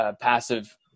passive